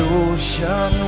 ocean